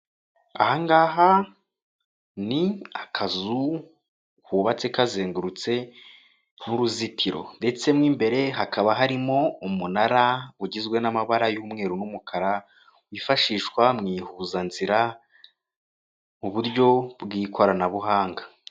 Aha ngaha ni akazu kubatse kazengurutse nk'uruzitiro, ndetse n'imbere hakaba harimo umunara ugizwe n'amabara y'umweru n'umukara, wifashishwa mu ihuzanzira, mu buryo bw'ikoranabuhanga.